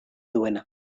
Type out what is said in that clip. duena